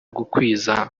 gukwiza